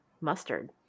mustard